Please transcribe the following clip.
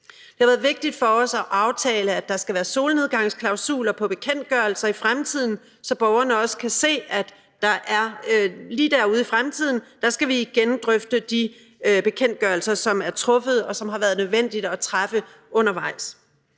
Det har været vigtigt for os at aftale, at der skal være solnedgangsklausuler på bekendtgørelser i fremtiden, så borgerne også kan se, at der lige der ude i fremtiden skal vi igen drøfte de bekendtgørelser, som er udsendt, og som det har været nødvendigt at træffe beslutning